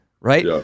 right